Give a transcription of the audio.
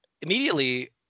immediately